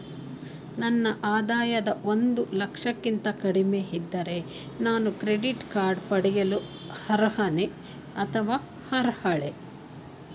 ನನ್ನ ಆದಾಯ ಒಂದು ಲಕ್ಷಕ್ಕಿಂತ ಕಡಿಮೆ ಇದ್ದರೆ ನಾನು ಕ್ರೆಡಿಟ್ ಕಾರ್ಡ್ ಪಡೆಯಲು ಅರ್ಹನೇ ಅಥವಾ ಅರ್ಹಳೆ?